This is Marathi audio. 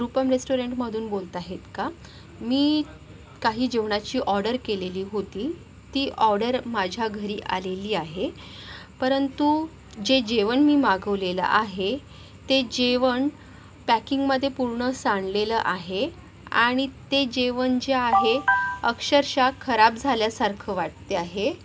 रुपम रेस्टॉरंटमधून बोलत आहेत का मी काही जेवणाची ऑर्डर केलेली होती ती ऑर्डर माझ्या घरी आलेली आहे परंतु जे जेवण मी मागवलेलं आहे ते जेवण पॅकिंगमध्ये पूर्ण सांडलेलं आहे आणि ते जेवण जे आहे अक्षरश खराब झाल्यासारखं वाटते आहे